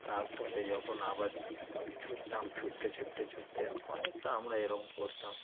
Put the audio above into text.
তার পরে যখন আবার ছুটতাম ছুটতে ছুটতে ছুটতে অনেকটা আমরা এরকম করতাম